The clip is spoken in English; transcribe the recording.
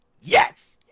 Yes